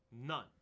None